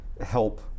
help